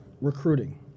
recruiting